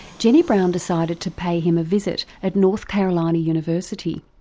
jenny brown decided to pay him a visit at north carolina university.